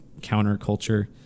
counterculture